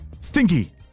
stinky